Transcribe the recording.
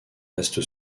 reste